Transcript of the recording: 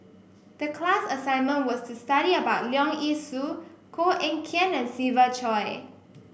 the class assignment was to study about Leong Yee Soo Koh Eng Kian and Siva Choy